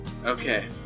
okay